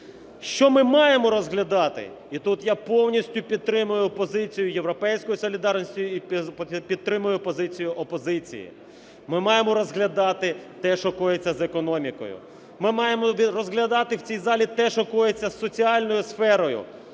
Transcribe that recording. Що ми маємо розглядати? І тут я повністю підтримую позицію "Європейської солідарності", підтримую позицію опозиції. Ми маємо розглядати те, що коїться з економікою. Ми маємо розглядати в цій залі те, що коїться з соціальної сферою,